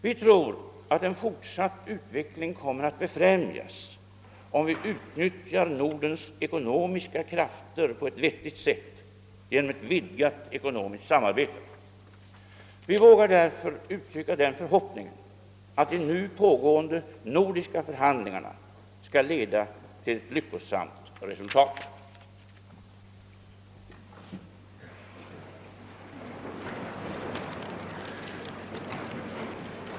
Vi tror att en fortsatt utveckling kommer att befrämjas, om vi utnyttjar Nordens ekonomiska krafter på ett vettigt sätt genom ett vidgat ekonomiskt samarbete. Vi vågar därför uttrycka den förhoppningen, att de nu pågående nordiska för handlingarna skall leda till ett lyckosamt resultat.